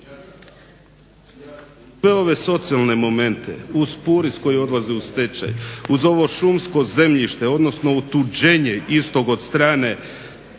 socijalne momente, uz Puris koji odlazi u stečaj, uz ovo šumsko zemljište, odnosno otuđenje istog od strane